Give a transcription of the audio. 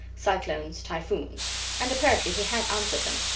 cyclones, typhoons and apparently he had answered them,